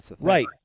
Right